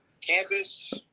campus